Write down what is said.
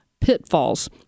pitfalls